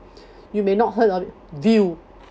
you may not heard of it view